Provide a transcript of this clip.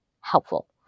helpful